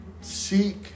Seek